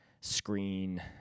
screen